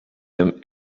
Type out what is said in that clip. him